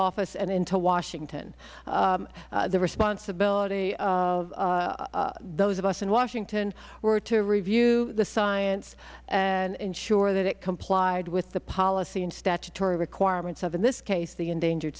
office and into washington the responsibility of those of us in washington were to review the science and ensure that it complied with the policy and statutory requirements of in this case the endangered